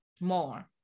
more